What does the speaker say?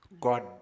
God